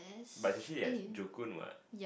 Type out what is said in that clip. but it's actually at Joo Koon what